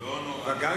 חברת הכנסת חנין,